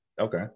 Okay